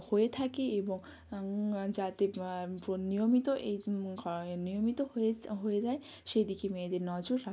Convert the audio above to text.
হয়ে থাকে এবং যাতে ফুন নিয়মিত এই ক্ষয় নিয়মিত হয়ে হয়ে যায় সেদিকে মেয়েদের নজর রা